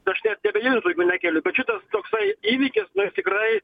aš net abejonės daugiau nekeliu bet šitas toksai įvykis nu jis tikrai